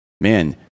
man